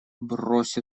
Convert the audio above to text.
брось